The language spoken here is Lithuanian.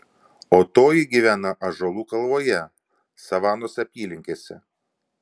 o toji gyvena ąžuolų kalvoje savanos apylinkėse